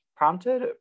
Prompted